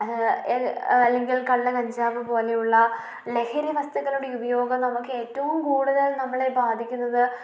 അല്ലെങ്കിൽ കള്ള് കഞ്ചാവ് പോലെയുള്ള ലഹരി വസ്തുക്കളുടെ ഉപയോഗം നമുക്ക് ഏറ്റവും കൂടുതൽ നമ്മളെ ബാധിക്കുന്നത്